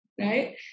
right